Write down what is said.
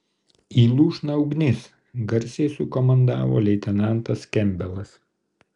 į lūšną ugnis garsiai sukomandavo leitenantas kempbelas